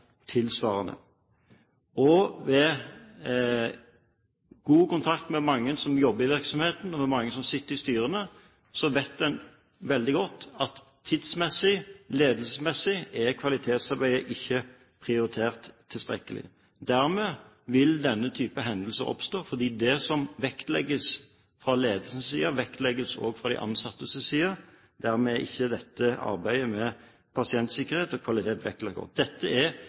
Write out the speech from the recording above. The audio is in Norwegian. tilsvarende. Ved god kontakt med mange som jobber i virksomheten, og med mange som sitter i styrene, vet en veldig godt at tidsmessig og ledelsesmessig er kvalitetsarbeidet ikke prioritert tilstrekkelig. Dermed vil denne typen hendelser oppstå, fordi det som vektlegges fra ledelsessiden, vektlegges også fra de ansattes side. Dermed er ikke dette arbeidet med pasientsikkerhet og kvalitet